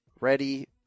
ready